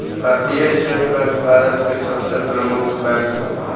भारतीय state bank Bharat के सबसे प्रमुख बैंक ह